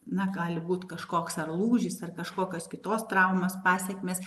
na gali būt kažkoks ar lūžis ar kažkokios kitos traumos pasekmės